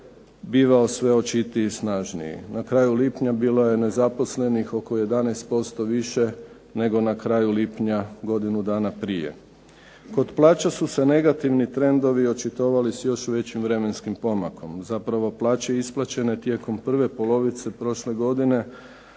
bivao sve očitiji i snažniji. Na kraju lipnja bilo je nezaposlenih oko 11% više nego na kraju lipnja godinu dana prije. Kod plaća su se negativni trendovi očitovali s još većim vremenskim pomakom, zapravo plaće isplaćene tijekom prve polovice prošle godine